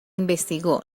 investigó